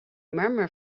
murmur